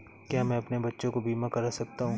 क्या मैं अपने बच्चों का बीमा करा सकता हूँ?